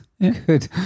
good